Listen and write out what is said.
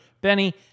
Benny